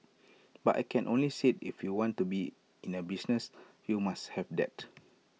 but I can only say if you want to be in A business you must have that